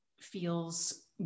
feels